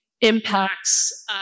impacts